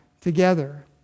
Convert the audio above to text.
together